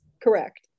Correct